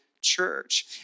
church